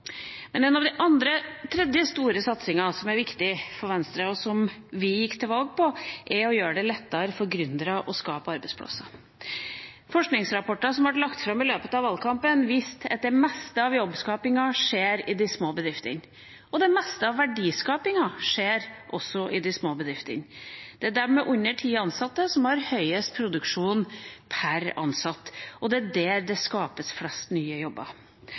Men den tredje store satsingen som er viktig for Venstre, og som vi gikk til valg på, er å gjøre det lettere for gründere å skape arbeidsplasser. Forskningsrapporter som ble lagt fram i løpet av valgkampen, viste at det meste av jobbskapingen skjer i de små bedriftene, og det meste av verdiskapingen skjer også i de små bedriftene. Det er dem med under ti ansatte som har høyest produksjon per ansatt, og det er der det skapes flest nye jobber.